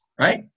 right